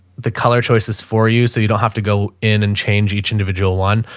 the color choices for you so you don't have to go in and change each individual one.